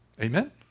Amen